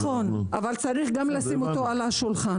נכון, אבל צריך גם לשים אותו על השולחן.